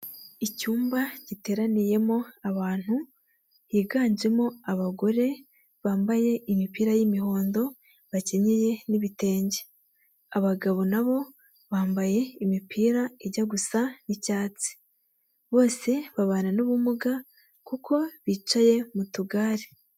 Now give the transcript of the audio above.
Icyumba giteraniyemo abantu biganjemo abagore, bambaye imipira y'imihondo, bakenyeye n'ibitenge. Abagabo nabo bambaye imipira ijya gus’icyatsi, bose babana n'ubumuga kuko bicaye mu tugare.